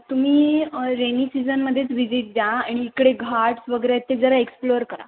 तुम्ही रेनी सीझनमध्येच विजिट द्या आणि इकडे घाट्स वगैरे आहेत ते जरा एक्सप्लोअर करा